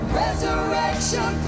resurrection